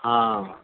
ہاں